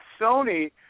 Sony